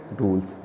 rules